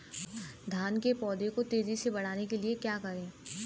धान के पौधे को तेजी से बढ़ाने के लिए क्या करें?